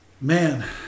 Man